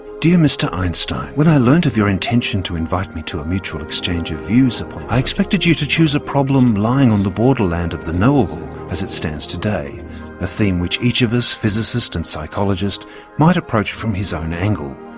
dear mr einstein when i learned of your intention to invite me to a mutual exchange of views i expected you to choose a problem lying on the borderland of the knowable as it stands today a theme which each of us, physicists, and psychologists might approach from his own angle.